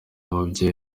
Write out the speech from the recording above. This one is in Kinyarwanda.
mubyeyi